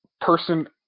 person